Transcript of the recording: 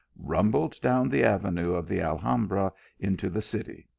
rumbled down the avenue of the alhambra into the city.